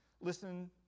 Listen